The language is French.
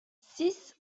six